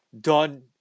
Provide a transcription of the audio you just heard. done